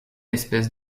espèce